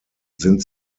sind